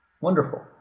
Wonderful